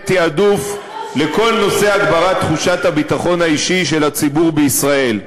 עדיפות לכל נושא הגברת תחושת הביטחון האישי של הציבור בישראל.